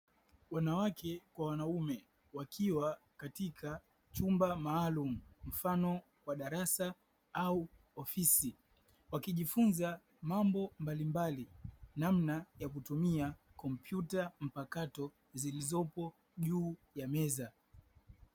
Wanawake kwa wanaume wakiwa katika chumba maalumu mfano wa darasa au ofisi. Wakijifunza mambo mabalimbali; namna ya kutumia kompyuta mpakato zilizopo juu ya meza.